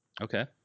Okay